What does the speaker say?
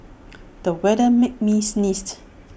the weather made me sneeze